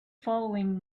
following